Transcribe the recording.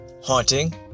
Haunting